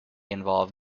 involve